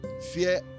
fear